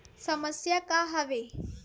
समस्या का आवे?